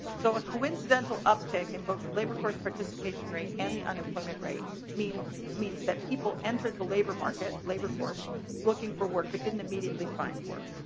so a coincidental uptick in both the labor force participation rate and the unemployment rate meeting means that people entered the labor market labor force looking for work but didn't immediately find work.